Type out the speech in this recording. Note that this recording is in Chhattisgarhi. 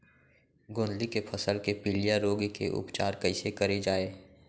गोंदली के फसल के पिलिया रोग के उपचार कइसे करे जाये?